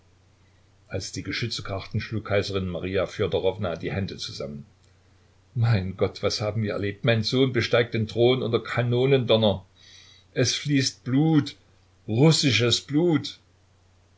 als die geschütze krachten schlug kaiserin maria fjodorowna die hände zusammen mein gott was haben wir erlebt mein sohn besteigt den thron unter kanonendonner es fließt blut russisches blut